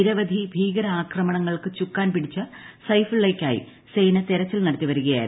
നിരവധി ഭീകരാക്രമണങ്ങൾക്ക് ചുക്കാൻ പിടിച്ച സൈഫുള്ളയ്ക്കായി സേന തെരച്ചിൽ നടത്തി വരികയായിരുന്നു